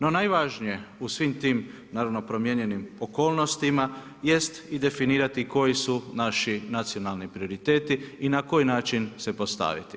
No najvažnije u svim tim, naravno promijenjenim okolnostima jest i definirati koji su naši nacionalni prioriteti i na koji način se postaviti.